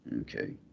Okay